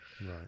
right